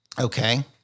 Okay